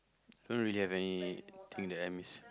don't really have anything that I miss